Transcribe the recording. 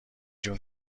جون